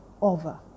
over